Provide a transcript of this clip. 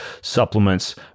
supplements